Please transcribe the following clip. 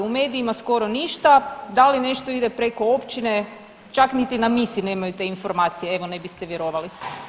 U medijima skoro ništa, da li nešto ide preko općine, čak niti na misi nemaju te informacije, evo ne biste vjerovali.